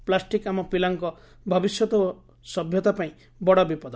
plastic ଆମ ପିଲାଙ୍କ ଭବିଷ୍ୟତ ଓ ସଭ୍ୟତା ପାଇଁ ବଡ଼ ବିପଦ